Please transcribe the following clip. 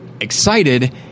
excited